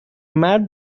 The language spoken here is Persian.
مرد